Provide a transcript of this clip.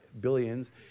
billions